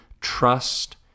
trust